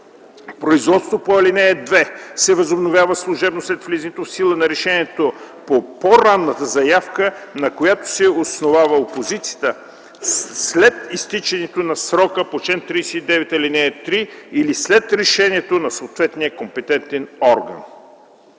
Производството по ал. 2 се възобновява служебно след влизането в сила на решението по по-ранната заявка, на която се основава опозицията, след изтичането на срока по чл. 39, ал. 3 или след решението на съответния компетентен орган.